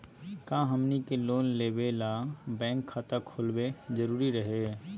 का हमनी के लोन लेबे ला बैंक खाता खोलबे जरुरी हई?